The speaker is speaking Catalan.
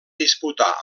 disputar